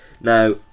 Now